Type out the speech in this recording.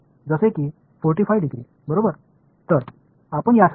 எனவே இது 45 டிகிரியில் சுட்டிக்காட்டப்படும்